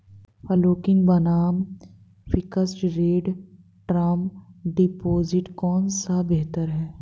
Floating बनाम fixed rate term deposit कौन सा बेहतर है?